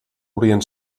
volien